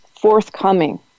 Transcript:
forthcoming